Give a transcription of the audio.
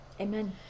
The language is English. Amen